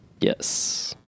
Yes